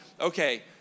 okay